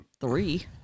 three